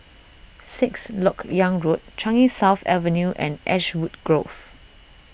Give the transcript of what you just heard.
Sixth Lok Yang Road Changi South Avenue and Ashwood Grove